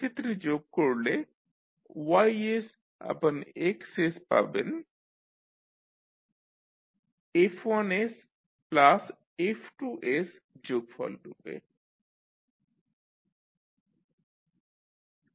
সেক্ষেত্রে যোগ করলে YX পাবেন F1F2 যোগফল রূপে